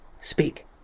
Speak